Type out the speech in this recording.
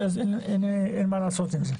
ואז אין מה לעשות עם זה.